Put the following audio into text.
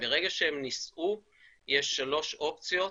ברגע שהם נישאו יש שלוש אופציות.